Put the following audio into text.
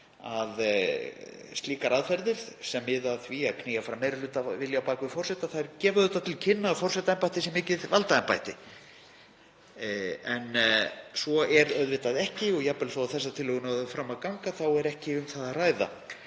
að slíkar aðferðir, sem miða að því að knýja fram meirihlutavilja bak við forseta, gefa auðvitað til kynna að forsetaembættið sé mikið valdaembætti en svo er auðvitað ekki. Jafnvel þó að þessar tillögur nái fram að ganga þá er ekki um það að ræða.